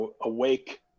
awake